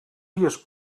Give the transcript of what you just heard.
vies